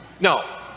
No